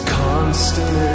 constant